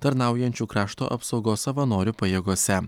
tarnaujančių krašto apsaugos savanorių pajėgose